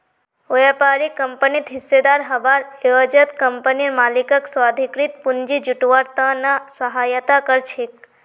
व्यापारी कंपनित हिस्सेदार हबार एवजत कंपनीर मालिकक स्वाधिकृत पूंजी जुटव्वार त न सहायता कर छेक